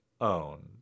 own